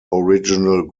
original